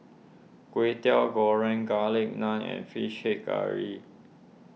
Kway Teow Goreng Garlic Naan and Fish Head Curry